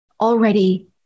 already